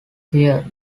here